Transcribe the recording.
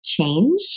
change